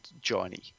Johnny